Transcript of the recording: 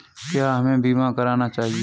क्या हमें बीमा करना चाहिए?